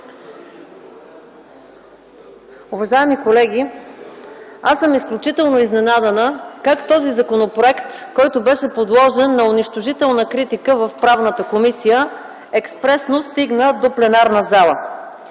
Уважаеми колеги, аз съм изключително изненадана как този законопроект, който беше подложен на унищожителна критика в Правната комисия, експресно стигна до пленарната зала,